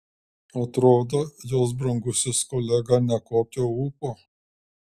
atrodo jos brangusis kolega nekokio ūpo